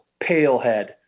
Palehead